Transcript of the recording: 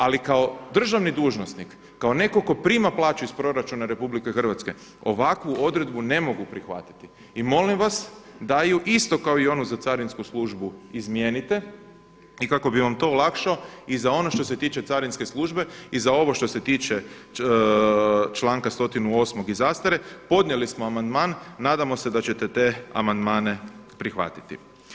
Ali kao državni dužnosnik, kao netko tko prima plaću iz proračuna Republike Hrvatske ovakvu odredbu ne mogu prihvatiti i molim vas da ju isto kao i onu za carinsku službu izmijenite i kako bih vam to olakšao i za ono što se tiče carinske službe i za ovo što se tiče članka 108. i zastare, podnijeli smo amandman, nadamo se da ćete te amandmane prihvatiti.